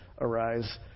arise